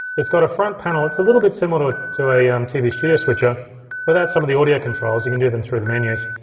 it's got a front panel. it's a little bit similar to a um tv studio switcher without some of the audio controls. you can do them through the menus.